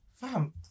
fam